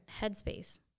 headspace